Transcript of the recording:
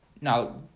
now